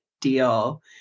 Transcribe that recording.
deal